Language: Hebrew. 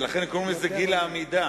לכן קוראים לזה גיל העמידה.